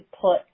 put